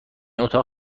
اتاق